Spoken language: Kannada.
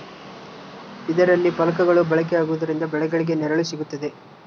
ಇದರಲ್ಲಿ ಫಲಕಗಳು ಬಳಕೆ ಆಗುವುದರಿಂದ ಬೆಳೆಗಳಿಗೆ ನೆರಳು ಸಿಗುತ್ತದೆ